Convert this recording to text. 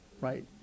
right